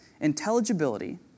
Intelligibility